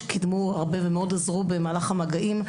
שקידמו הרבה ומאוד עזרו במהלך המגעים.